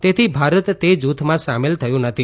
તેથી ભારત તે જૂથમાં સામેલ થયું નથી